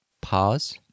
Pause